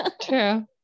true